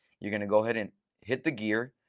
you're going to go ahead and hit the gear.